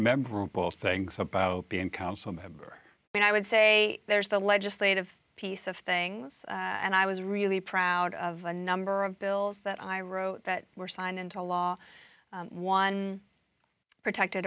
both things about being council member and i would say there's the legislative piece of things and i was really proud of a number of bills that i wrote that were signed into law one protected